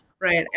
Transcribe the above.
Right